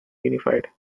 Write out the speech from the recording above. unified